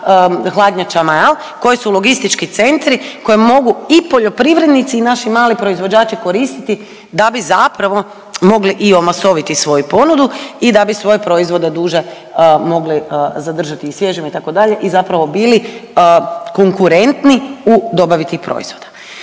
hladnjačama jel koji su logistički centri koje mogu i poljoprivrednici i naši mali proizvođači koristiti da bi zapravo mogli i omasoviti svoju ponudu i da bi svoje proizvode duže mogli zadržati svježima itd. i zapravo bili konkurentni u dobavi tih proizvoda.